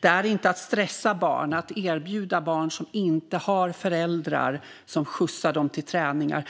Det är inte att stressa barn att erbjuda barn, som inte har föräldrar som skjutsar dem till träningar,